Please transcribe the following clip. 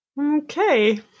Okay